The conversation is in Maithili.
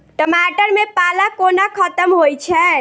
टमाटर मे पाला कोना खत्म होइ छै?